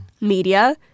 media